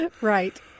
right